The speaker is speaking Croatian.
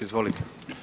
Izvolite.